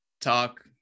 talk